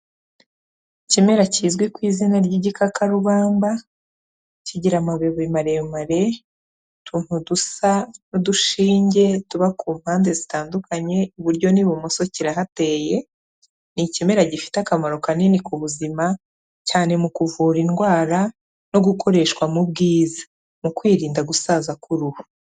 Ikimera kizwi ku izina ry'igikakarubamba, kigira amababi maremare, utuntu dusa n'udushinge tuba ku mpande zitandukanye, iburyo n'ibumoso kirahateye, ni ikimera gifite akamaro kanini ku buzima, cyane mu kuvura indwara no gukoreshwa mu bwiza. Mu kwirinda gusaza k'uruhu.